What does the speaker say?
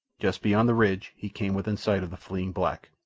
just beyond the ridge he came within sight of the fleeing black,